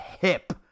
hip